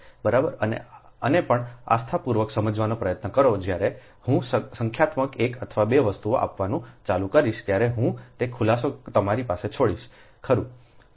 બરાબર અને પણ આસ્થાપૂર્વક સમજવાનો પ્રયત્ન કરો જ્યારે હું સંખ્યાત્મક 1 અથવા 2 વસ્તુઓ આપવાનું ચાલુ કરીશ ત્યારે હું તે ખુલાસો તમારી પાસે છોડીશ ખરું